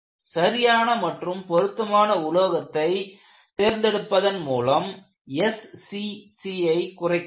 சரியான மற்றும் பொருத்தமான உலோகத்தை தேர்ந்தெடுப்பதன் மூலம் SCC ஐ குறைக்கலாம்